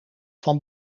van